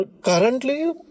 Currently